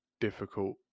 difficult